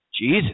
Jesus